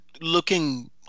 looking